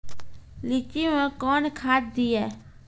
लीची मैं कौन खाद दिए?